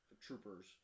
troopers